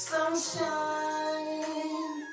Sunshine